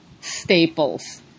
staples